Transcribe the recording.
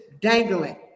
dangling